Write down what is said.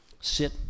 Sit